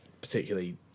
particularly